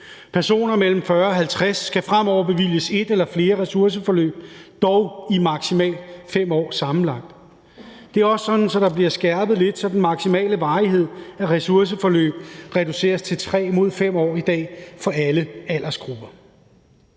Personer mellem 40 og 50 år skal fremover bevilges et eller flere ressourceforløb, dog i maksimalt 5 år sammenlagt. Det er også sådan, at der bliver skærpet lidt, så den maksimale varighed af ressourceforløb reduceres til 3 år mod 5 år i dag for alle aldersgrupper.